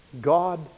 God